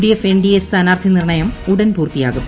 D F N D A സ്ഥാനാർത്ഥി നിർണ്ണിൽ ഉടൻ പൂർത്തിയാകും